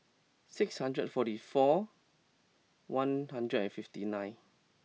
six hundred forty four one hundred and fifty nine